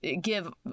give